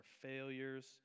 failures